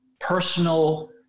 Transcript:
personal